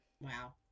Wow